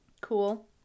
cool